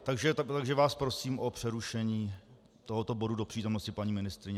Takže vás prosím o přerušení tohoto bodu do přítomnosti paní ministryně.